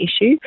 issue